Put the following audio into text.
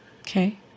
Okay